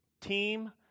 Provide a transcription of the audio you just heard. team